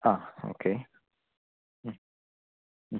ആ ഓക്കെ